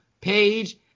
page